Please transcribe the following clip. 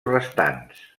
restants